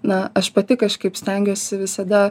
na aš pati kažkaip stengiuosi visada